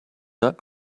not